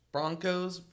Broncos